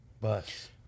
bus